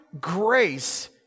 grace